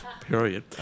Period